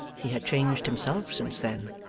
he had changed, himself, since then.